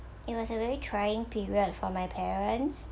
it was a very trying period for my parents